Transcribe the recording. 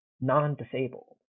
non-disabled